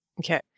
Okay